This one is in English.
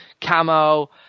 camo